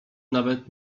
nawet